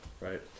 right